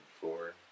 four